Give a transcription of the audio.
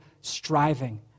striving